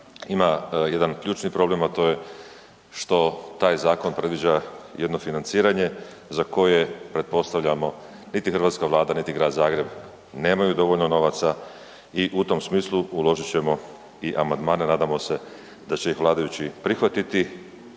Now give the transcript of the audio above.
ima jedan ključni problem, a to je što taj zakon predviđa jedno financiranje za koje pretpostavljamo niti Hrvatska vlada, niti Grad Zagreb nemaju dovoljno novaca i u tom smislu uložit ćemo i amandmane. Nadamo se da će ih vladajući prihvatiti.